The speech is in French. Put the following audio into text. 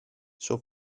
sur